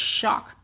shock